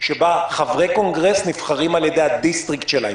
שבו חברי קונגרס נבחרים על ידי המחוז שלהם,